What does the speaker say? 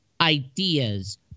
ideas